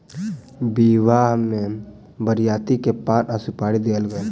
विवाह में बरियाती के पान आ सुपारी देल गेल